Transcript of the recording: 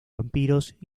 vampiros